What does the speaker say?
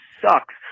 sucks